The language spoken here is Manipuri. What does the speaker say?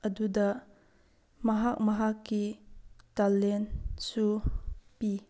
ꯑꯗꯨꯗ ꯃꯍꯥꯛ ꯃꯍꯥꯛꯀꯤ ꯇꯦꯂꯦꯟꯁꯨ ꯄꯤ